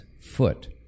foot